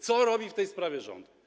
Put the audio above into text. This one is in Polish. Co robi w tej sprawie rząd?